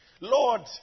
Lord